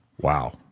Wow